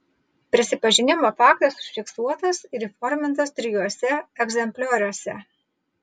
prisipažinimo faktas užfiksuotas ir įformintas trijuose egzemplioriuose